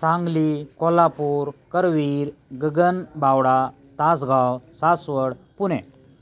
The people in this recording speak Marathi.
सांगली कोल्हापूर करवीर गगन बावडा तासगाव सासवड पुणे